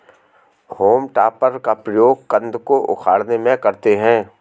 home टॉपर का प्रयोग कन्द को उखाड़ने में करते हैं